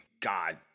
God